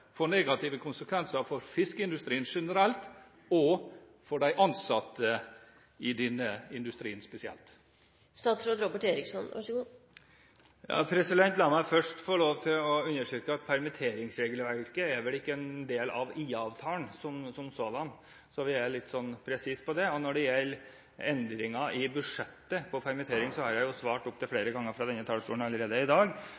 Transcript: får negative konsekvenser for fiskeindustrien generelt og for de ansatte i denne industrien spesielt? La meg først få lov til å understreke at permitteringsregelverket ikke er en del av IA-avtalen som sådan – så vi er litt presise på det. Når det gjelder endringer i budsjettet på permittering, har jeg allerede svart opptil flere ganger fra denne talerstolen i dag.